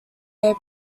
their